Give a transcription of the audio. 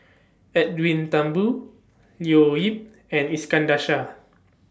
Edwin Thumboo Leo Yip and Iskandar Shah